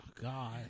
God